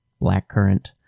Blackcurrant